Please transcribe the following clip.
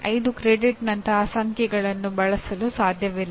5 ಕ್ರೆಡಿಟ್ನಂತಹ ಸಂಖ್ಯೆಗಳನ್ನು ಬಳಸಲು ಸಾಧ್ಯವಿಲ್ಲ